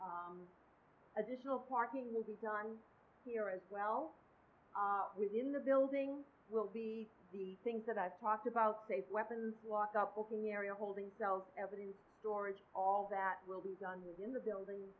my additional parking will be done here as well within the building will be the things that i've talked about safe weapons walk up walking area holding cells evidence storage all that will be done within the building